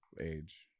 age